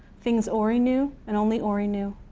things ori knew and only ori knew.